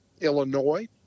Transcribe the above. Illinois